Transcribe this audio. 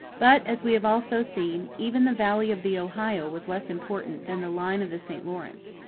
but, as we have also seen, even the valley of the ohio was less important than the line of the st lawrence.